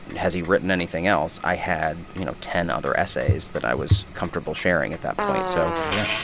and has he written anything else, i had, you know, ten other essays that i was comfortable sharing at that point so. yeah.